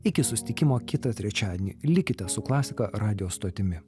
iki susitikimo kitą trečiadienį likite su klasika radijo stotimi